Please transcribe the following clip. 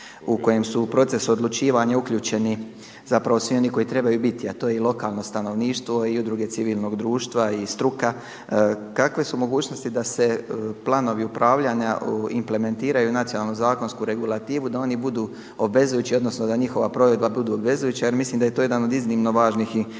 u kojem su u proces odlučivanja uključeni zapravo svi oni koji trebaju biti, a to je i lokalno stanovništvo i udruge civilnog društva i struka. Kakve su mogućnosti da se planovi upravljanja implementiraju u nacionalnu zakonsku regulativu, da oni budu obvezujući, odnosno da njihova provedba bude obvezujuća jer mislim da je to jedan od iznimno važnih